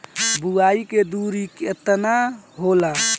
बुआई के दुरी केतना होला?